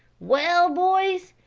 well, boys,